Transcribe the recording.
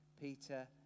Peter